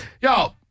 yo